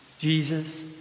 Jesus